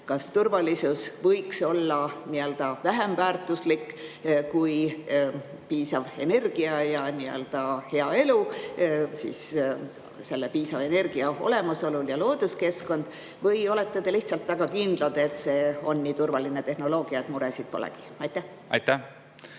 Kas turvalisus võiks olla vähem väärtuslik kui piisav energia, nii-öelda hea elu piisava energia olemasolul ja looduskeskkond või olete te lihtsalt väga kindlad, et see on nii turvaline tehnoloogia, et muresid polegi? Austatud